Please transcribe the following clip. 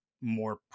more